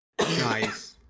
Nice